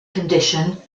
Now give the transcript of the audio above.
condition